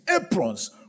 aprons